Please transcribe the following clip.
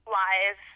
live